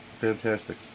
Fantastic